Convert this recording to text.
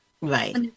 right